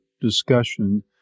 discussion